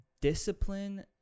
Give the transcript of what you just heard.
discipline